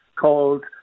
called